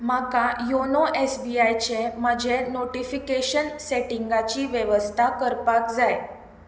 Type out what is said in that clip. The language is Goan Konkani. म्हाका योनो एस बीआयचें म्हजें नोटिफिकेशन सेटिंगाची वेवस्था करपाक जाय